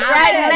right